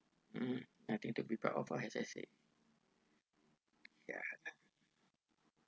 mm nothing to be proud of ah as I said ya